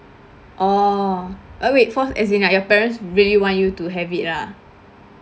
oh uh ah wait force as in like your parents really want you to have it lah